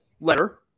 letter